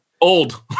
Old